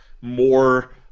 more